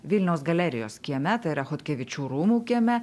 vilniaus galerijos kieme tai yra chodkevičių rūmų kieme